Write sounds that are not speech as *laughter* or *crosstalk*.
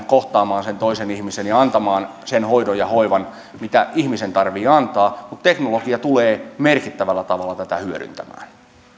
*unintelligible* kohtaamaan sen toisen ihmisen ja antamaan sen hoidon ja hoivan mitä ihmisen tarvitsee antaa teknologia tulee merkittävällä tavalla tätä hyödyntämään